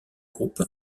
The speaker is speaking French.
groupe